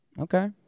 Okay